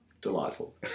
delightful